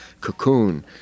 cocoon